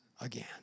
again